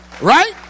right